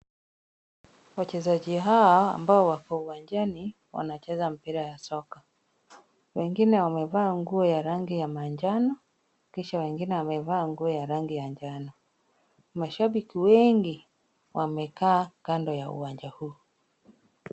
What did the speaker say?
Wachezaji hawa ambao wako uwanjani wanacheza mpira ya soka. Wengine wamevaa nguo ya rangi ya manjano kisha wengine wamevaa nguo ya rangi ya njano. Mashabiki wengi wamekaa kando ya uwanja huu.